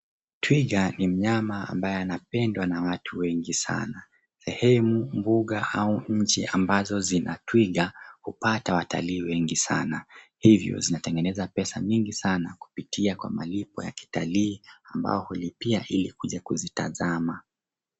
Twiga ni mnyama ambaye anapendwa na watu wengi sana. Sehemu, mbuga au nchi ambazo zina twiga hupata watalii wengi sana, hivyo zinatengeneza pesa mingi sana kupitia kwa malipo ya kitalii ambao hulipia ili kuja kuzitazama.